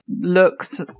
Looks